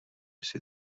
jsi